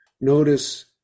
Notice